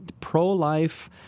pro-life